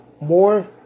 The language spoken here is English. more